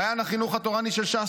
במעיין החינוך התורני של ש"ס,